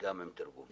גם עם תרגום.